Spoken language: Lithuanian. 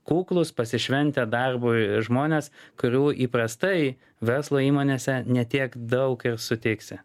kuklūs pasišventę darbui žmonės kurių įprastai verslo įmonėse ne tiek daug sutiksi